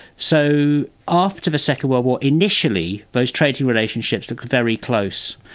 so after the second world war initially those trading relationships looked very close.